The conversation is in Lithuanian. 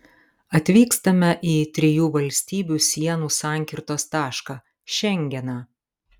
atvykstame į trijų valstybių sienų sankirtos tašką šengeną